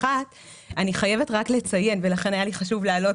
אני חייבת רק לציין ולכן היה לי חשוב לעלות